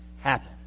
happen